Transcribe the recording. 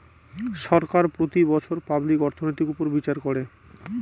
সরকার প্রতি বছর পাবলিক অর্থনৈতির উপর বিচার করে